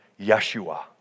Yeshua